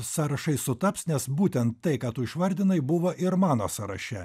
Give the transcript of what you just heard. sąrašai sutaps nes būtent tai ką tu išvardinai buvo ir mano sąraše